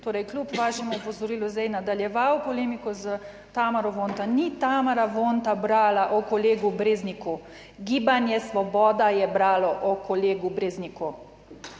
torej kljub vašemu opozorilu je zdaj nadaljeval polemiko s Tamaro Vonta. Ni Tamara Vonta brala o kolegu Brezniku, Gibanje Svoboda je bralo o kolegu Brezniku